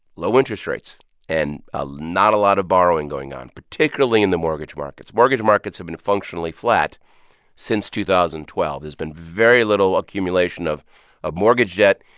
low interest rates and ah not a lot of borrowing going on, particularly in the mortgage markets. mortgage markets have been functionally flat since two thousand and twelve. there's been very little accumulation of of mortgage debt.